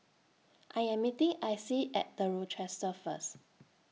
I Am meeting Icie At The Rochester First